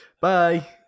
Bye